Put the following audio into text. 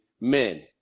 men